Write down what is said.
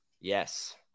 yes